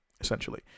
essentially